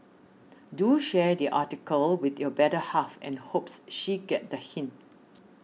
do share the article with your better half and hopes she get the hint